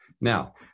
Now